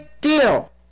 deal